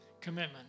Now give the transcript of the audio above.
commitment